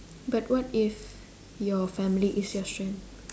but what if your family is your strength